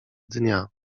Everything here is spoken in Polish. dnia